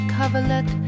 coverlet